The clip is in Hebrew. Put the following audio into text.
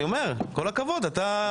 כל הכבוד לך.